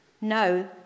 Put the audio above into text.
No